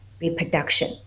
reproduction